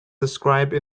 describe